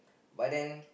but then